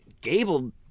Gable